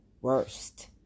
worst